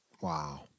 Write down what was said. Wow